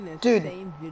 dude